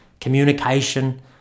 communication